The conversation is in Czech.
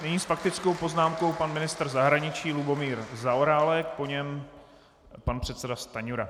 Nyní s faktickou poznámkou pan ministr zahraničí Lubomír Zaorálek, po něm pan předseda Stanjura.